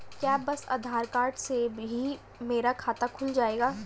क्या बस आधार कार्ड से ही मेरा खाता खुल जाएगा?